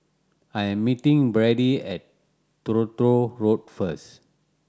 I am meeting Bradly at Truro Road first